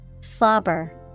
slobber